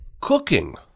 cooking